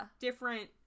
different